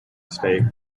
state